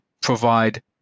provide